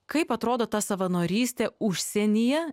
kaip atrodo ta savanorystė užsienyje